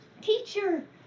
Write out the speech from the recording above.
teacher